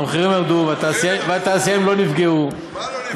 המחירים ירדו, והתעשיינים לא נפגעו, מה לא נפגעו?